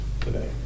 today